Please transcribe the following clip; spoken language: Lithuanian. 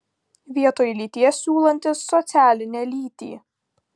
vietoj lyties siūlantis socialinę lytį